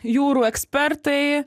jūrų ekspertai